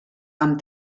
amb